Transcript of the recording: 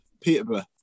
Peterborough